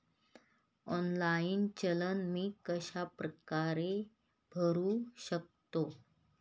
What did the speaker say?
Online challan मी कशाप्रकारे भरु शकतो?